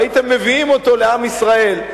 והייתם מביאים אותו לעם ישראל.